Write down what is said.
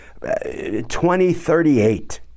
2038